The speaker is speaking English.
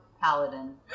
paladin